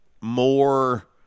more